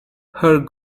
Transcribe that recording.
her